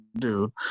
dude